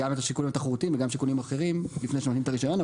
התחרותיים וגם שיקולים אחרים לפני שנותנים את הרישיון.